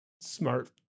smart